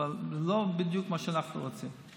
אבל לא בדיוק מה שאנחנו רוצים,